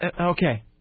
okay